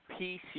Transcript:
PC